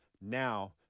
now